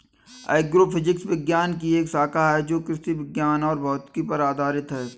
agrophysics विज्ञान की एक शाखा है जो कृषि विज्ञान और भौतिकी पर आधारित है